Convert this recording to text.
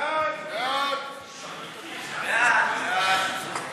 סעיף 16, כהצעת הוועדה, נתקבל.